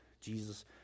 Jesus